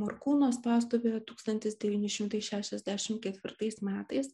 morkūno spaustuvėje tūkstantis devyni šimtai šešiasdešimt ketvirtais metais